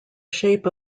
shape